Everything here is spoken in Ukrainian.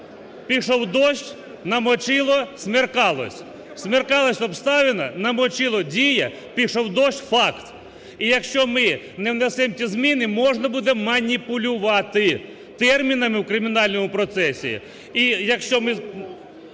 Пішов дощ, намочило, смеркалось. Смеркалось – обставина, намочило – дія, пішов дощ – факт. І якщо ми не внесемо ці зміни, можна буде маніпулювати термінами у кримінальному процесі.